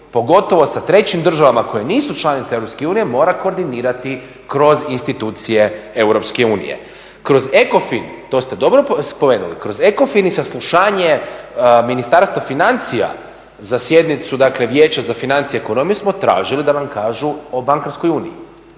pogotovo sa trećim državama koje nisu članice EU mora koordinirati kroz institucije EU. Kroz ECOFIN to ste dobro spomenuli, kroz ECOFIN i saslušanje Ministarstva financija za sjednicu Vijeća za financije … mi smo tražili da nam kažu o bankarskoj uniji,